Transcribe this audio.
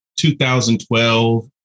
2012